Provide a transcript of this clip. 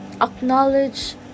acknowledge